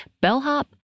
bellhop